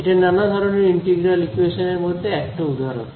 এটা নানা ধরনের ইন্টিগ্রাল ইকুয়েশন এর মধ্যে একটা উদাহরণ